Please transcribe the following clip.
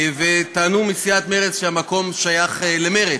וטענו מסיעת מרצ שהמקום שייך למרצ.